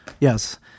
Yes